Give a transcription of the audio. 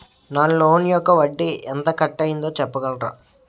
నా లోన్ యెక్క వడ్డీ ఎంత కట్ అయిందో చెప్పగలరా?